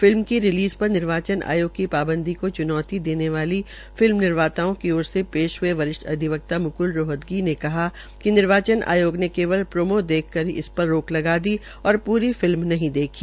film की release पर निर्वाचन आयोग की पांबदी को च्नौती देनेवाले फिल्म निर्माताओं की ओर से पेश हये वरिष्ठ अधिवक्ता म्क्ल रोहतगी ने कहा कि निर्वाचन आयोग ने केवल प्रोमो देखकर इस पर रोक लगा दी और पूरी फिल्म नहीं देखी